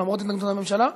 למרות התנגדות הממשלה,